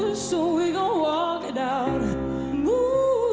ah so we gonna walk it out move